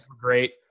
great